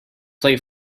play